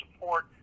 support